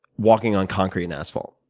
walking on concrete and asphalt.